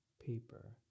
paper